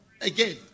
again